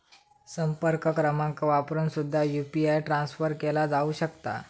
संपर्क क्रमांक वापरून सुद्धा यू.पी.आय ट्रान्सफर केला जाऊ शकता